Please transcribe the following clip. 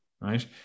right